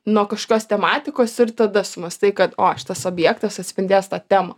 nuo kažkokios tematikos ir tada sumąstai kad o šitas objektas atspindės tą temą